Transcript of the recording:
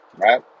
right